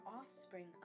offspring